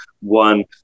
One